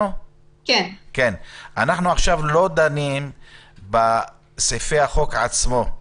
אנחנו לא דנים בסעיפי החוק עצמו עכשיו.